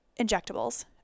injectables